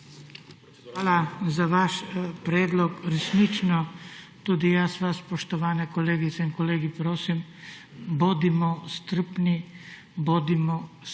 Hvala za vaš predlog. Resnično tudi jaz vas, spoštovani kolegice in kolegi, prosim, bodimo strpni, bodimo spoštljivi